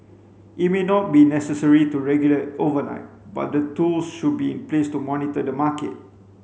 it may not be necessary to regulate overnight but the tools should be in place to monitor the market